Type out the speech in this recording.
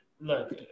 look